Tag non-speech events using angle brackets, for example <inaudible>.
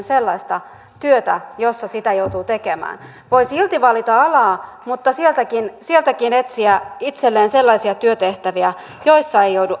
<unintelligible> sellaista työtä jossa sitä joutuu tekemään voi silti valita alan mutta sieltäkin sieltäkin etsiä itselleen sellaisia työtehtäviä joissa ei joudu